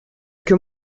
can